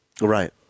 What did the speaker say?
Right